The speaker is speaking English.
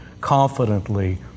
confidently